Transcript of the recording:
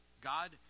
God